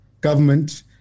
government